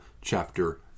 chapter